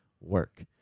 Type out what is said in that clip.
work